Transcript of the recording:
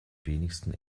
wenigsten